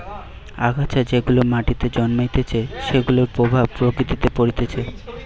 আগাছা যেগুলা মাটিতে জন্মাইছে সেগুলার প্রভাব প্রকৃতিতে পরতিছে